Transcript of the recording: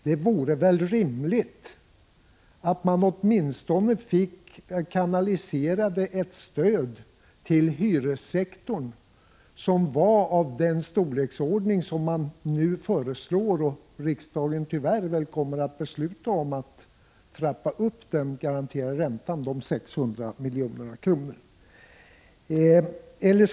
Det vore väl rimligt att kanalisera ett stöd till hyressektorn som åtminstone var av samma storleksordning som det som nu föreslås, och som riksdagen väl tyvärr kommer att besluta om, att trappa upp den garanterade räntan med 600 milj.kr.